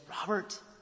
Robert